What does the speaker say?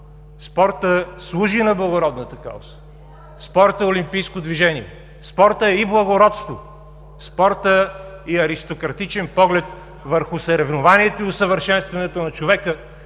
Спортът служи на благородната кауза. Спортът е олимпийско движение. Спортът е и благородство. Спортът е и аристократичен поглед върху съревнованието и усъвършенстването на човека